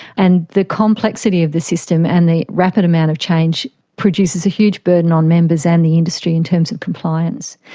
and the complexity of the system and the rapid amount of change produces a huge burden on members and the industry in terms of compliance.